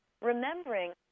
remembering